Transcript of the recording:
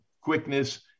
quickness